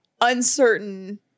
uncertain